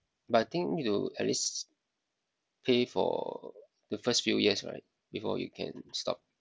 but I think you at least pay for the first few years right before you can stop